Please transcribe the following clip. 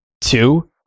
Two